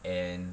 and